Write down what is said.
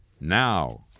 now